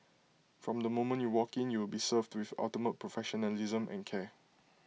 from the moment you walk in you will be served with ultimate professionalism and care